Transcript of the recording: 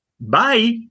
Bye